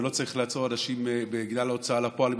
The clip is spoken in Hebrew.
ולא צריך לעצור אנשים בגלל ההוצאה לפועל עם